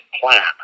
plan